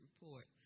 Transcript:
report